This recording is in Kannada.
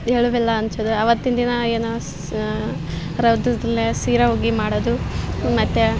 ಎಳ್ಳು ಬೆಲ್ಲ ಹಂಚದು ಅವತ್ತಿನ ದಿನ ಏನು ಸ್ ಶೀರ ಹುಗ್ಗಿ ಮಾಡೋದು ಮತ್ತು